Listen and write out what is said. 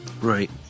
Right